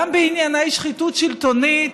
גם בענייני שחיתות שלטונית,